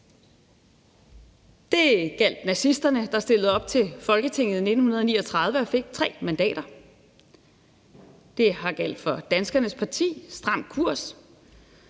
Det gjaldt nazisterne, der stillede op til Folketinget i 1939 og fik 3 mandater. Det har gjaldt for Danskernes Parti, Stram Kurs,